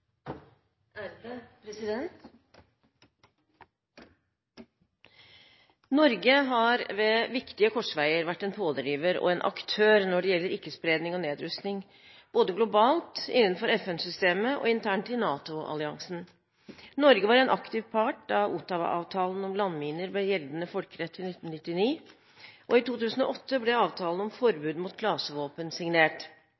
Norge har ved viktige korsveier vært en pådriver og aktør når det gjelder ikke-spredning og nedrustning, både globalt, innenfor FN-systemet og internt i NATO-alliansen. Norge var en aktiv part da Ottawa-avtalen om landminer ble gjeldende folkerett i 1999. Og i 2008 ble avtalen om